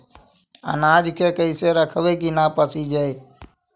अनाज के कैसे रखबै कि न पसिजै?